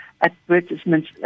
advertisements